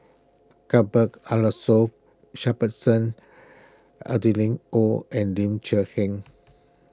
Cuthbert Aloysius Shepherdson Adeline Ooi and Ling Cher Eng